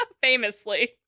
Famously